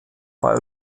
bei